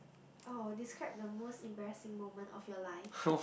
oh describe the most embarrassing moment of your life